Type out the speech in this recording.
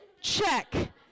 check